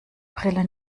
brille